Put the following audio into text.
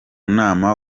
nama